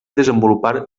desenvolupar